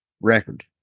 record